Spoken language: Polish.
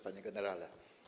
Panie Generale!